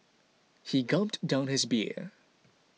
he gulped down his beer